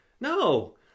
No